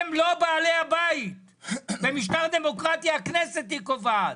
הם לא בעלי הבית, במשטר דמוקרטי הכנסת היא קובעת